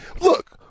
look